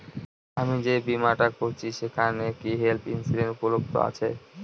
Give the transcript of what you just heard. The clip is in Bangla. আমি যে বীমাটা করছি সেইখানে কি হেল্থ ইন্সুরেন্স উপলব্ধ আছে?